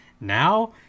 Now